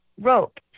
rope